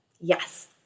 Yes